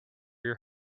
your